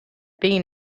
been